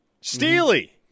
Steely